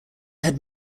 had